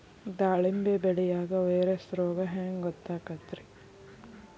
ದಾಳಿಂಬಿ ಬೆಳಿಯಾಗ ವೈರಸ್ ರೋಗ ಹ್ಯಾಂಗ ಗೊತ್ತಾಕ್ಕತ್ರೇ?